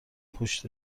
پشت